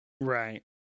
Right